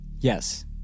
Yes